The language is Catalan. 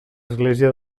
església